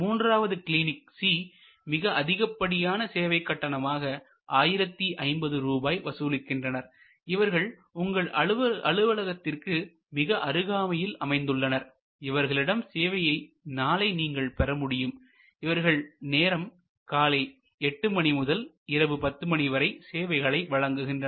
மூன்றாவதாக clinic C மிக அதிகப்படியான சேவை கட்டணமாக 1050 ரூபாய் வசூலிக்கின்றனர் இவர்கள் உங்கள் அலுவலகத்திற்கு மிகக் அருகாமையில் அமைந்துள்ளனர் இவர்களிடம் சேவையை நாளை நீங்கள் பெற முடியும் இவர்கள் நேரம் காலை 8 மணி முதல் இரவு 10 மணி வரை சேவைகளை வழங்குகின்றனர்